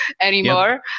anymore